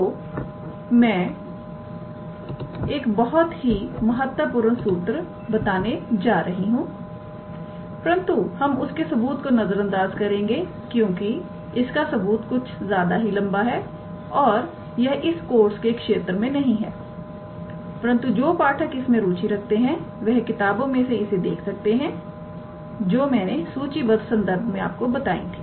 तो मैं एक बहुत की महत्वपूर्ण सूत्र बताने जा रहा हूं परंतु हम उसके सबूत को नजर अंदाज़ करेंगे क्योंकि इसका सबूत कुछ ज्यादा ही लंबा है और यह इस कोर्स के क्षेत्र में नहीं है परंतु जो पाठक इसमें रुचि रखते हैं वह किताबों में से इसे देख सकते हैं जो मैंने सूचीबद्ध संदर्भ में आपको बताई थी